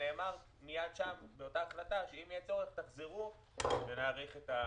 נאמר כבר באותה החלטה שאם יהיה צורך נחזור ויאריכו את המועד.